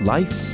Life